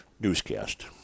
newscast